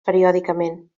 periòdicament